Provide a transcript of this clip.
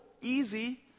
easy